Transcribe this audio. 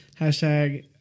Hashtag